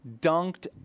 dunked